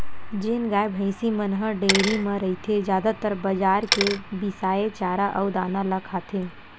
जेन गाय, भइसी मन ह डेयरी म रहिथे जादातर बजार के बिसाए चारा अउ दाना ल खाथे